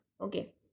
okay